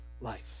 life